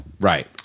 Right